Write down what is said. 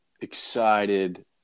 excited